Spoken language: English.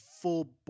full